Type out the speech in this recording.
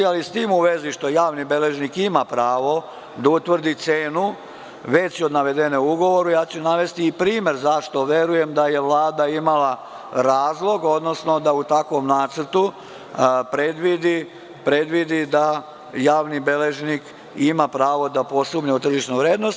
S tim u vezi što javni beležnik ima pravo da utvrdi cenu veću od navedene u ugovoru navešću i primer zašto verujem da je Vlada imala razlog da u takvom nacrtu predvidi da javni beležnik ima pravo da posumnja u tržišnu vrednost.